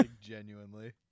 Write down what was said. genuinely